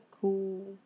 cool